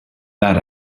that